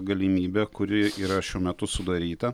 galimybe kuri yra šiuo metu sudaryta